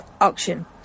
Auction